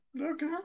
Okay